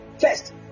first